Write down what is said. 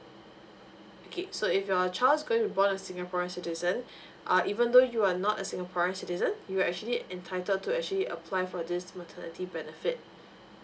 okay so if your child is going to born is singaporean citizen err even though you are not a singaporean citizen you're actually entitled to actually apply for this maternity benefit